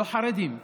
לא חרדים,